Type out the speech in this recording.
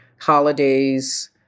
holidays